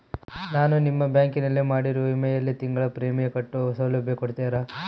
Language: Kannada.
ನಾನು ನಿಮ್ಮ ಬ್ಯಾಂಕಿನಲ್ಲಿ ಮಾಡಿರೋ ವಿಮೆಯಲ್ಲಿ ತಿಂಗಳ ಪ್ರೇಮಿಯಂ ಕಟ್ಟೋ ಸೌಲಭ್ಯ ಕೊಡ್ತೇರಾ?